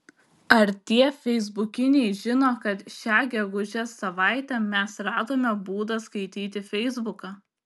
ar tie feisbukiniai žino kad šią gegužės savaitę mes radome būdą skaityti feisbuką